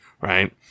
Right